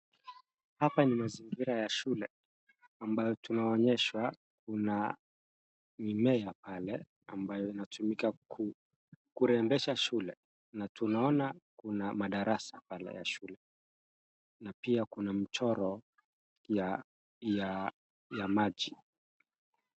Hapa ni mazingira ya shule ambayo tunaonyeshwa kuna mimea pale ambayo inatumika kurembesha shule na tunaona kuna madarasa pale ya shule na pia kuna mchoro ya ya maji.